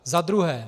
Za druhé.